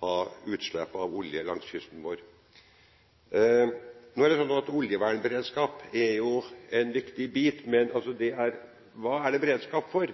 ha utslipp av olje langs kysten vår. Nå er det slik at oljevernberedskap er en viktig bit, men hva er det beredskap for?